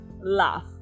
laugh